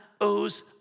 owes